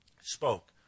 spoke